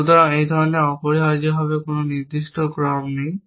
সুতরাং এই ধরনের অপরিহার্যভাবে কোন নির্দিষ্ট ক্রম নেই